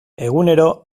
egunero